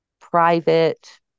private